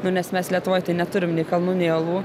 nu nes mes lietuvoj neturim nei kalnų nei uolų